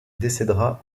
décédera